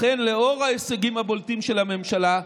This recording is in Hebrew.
לכן, לאור ההישגים הבולטים של הממשלה,